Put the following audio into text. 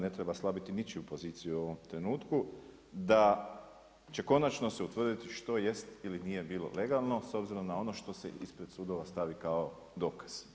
Ne treba slabiti ničiju poziciju u ovom trenutku da će konačno se utvrditi što jest ili nije bilo legalno s obzirom na ono što se ispred sudova stavi kao dokaz.